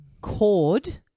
cord